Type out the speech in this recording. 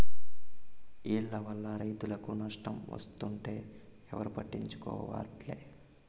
ఈల్ల వల్ల రైతులకు నష్టం వస్తుంటే ఎవరూ పట్టించుకోవట్లే